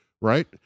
right